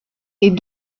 est